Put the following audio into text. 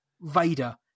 Vader